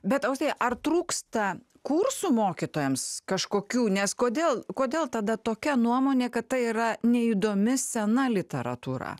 bet austėja ar trūksta kursų mokytojams kažkokių nes kodėl kodėl tada tokia nuomonė kad tai yra neįdomi sena literatūra